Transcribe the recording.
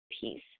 Peace